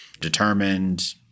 determined